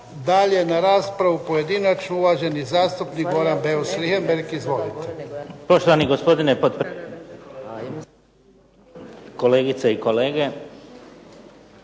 dalje na raspravu pojedinačnu. Uvaženi zastupnik Goran Beus Richembergh. Izvolite.